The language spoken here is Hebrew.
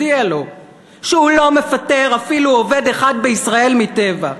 שהוא לא מפטר אפילו עובד אחד בישראל מ"טבע":